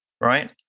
Right